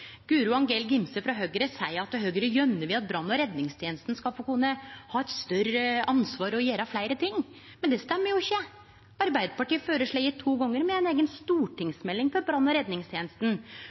Guro Angell Gimse frå Høgre seier at Høgre gjerne vil at brann- og redningstenesta skal kunne ha eit større ansvar og gjere fleire ting, men det stemmer jo ikkje. Arbeidarpartiet har to gonger føreslått ei eiga stortingsmelding om brann- og redningstenesta,